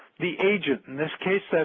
the agent in this case,